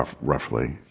roughly